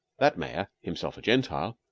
that mayor himself a gentile,